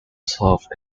served